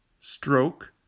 stroke